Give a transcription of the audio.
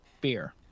Beer